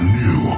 new